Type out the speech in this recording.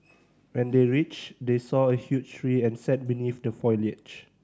when they reached they saw a huge tree and sat beneath the foliage